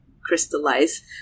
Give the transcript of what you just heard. crystallize